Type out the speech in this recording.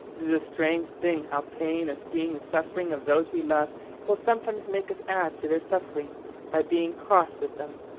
it is a strange thing how pain of seeing the suffering of those we love will sometimes make us add to their suffering by being cross with them.